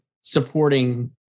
supporting